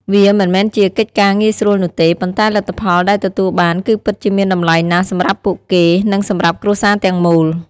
វាមិនមែនជាកិច្ចការងាយស្រួលនោះទេ ប៉ុន្តែលទ្ធផលដែលទទួលបានគឺពិតជាមានតម្លៃណាស់សម្រាប់ពួកគេ និងសម្រាប់គ្រួសារទាំងមូល ។